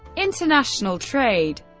international trade